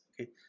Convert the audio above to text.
okay